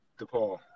DePaul